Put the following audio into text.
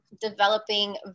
developing